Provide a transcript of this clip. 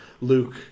Luke